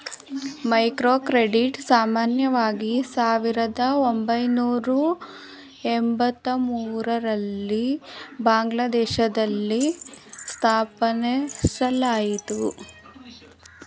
microcredit ಸಾಮಾನ್ಯವಾಗಿ ಸಾವಿರದ ಒಂಬೈನೂರ ಎಂಬತ್ತಮೂರು ರಲ್ಲಿ ಬಾಂಗ್ಲಾದೇಶದಲ್ಲಿ ಸ್ಥಾಪಿಸಲಾಯಿತು